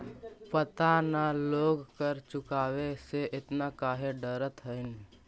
पता न लोग कर चुकावे से एतना काहे डरऽ हथिन